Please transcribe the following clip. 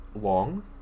Long